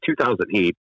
2008